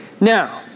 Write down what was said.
Now